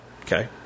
Okay